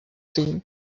seen